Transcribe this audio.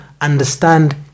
understand